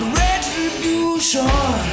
retribution